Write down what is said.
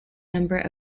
number